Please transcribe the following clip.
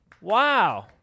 wow